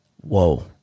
whoa